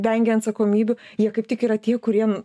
vengia atsakomybių jie kaip tik yra tie kurie